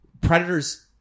predators –